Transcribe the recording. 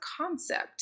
concept